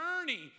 journey